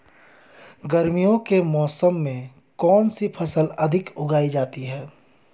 गर्मियों के मौसम में कौन सी फसल अधिक उगाई जाती है?